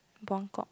Buangkok